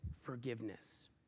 forgiveness